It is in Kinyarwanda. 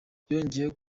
yongeyeho